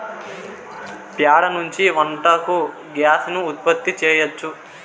ప్యాడ నుంచి వంటకు గ్యాస్ ను ఉత్పత్తి చేయచ్చు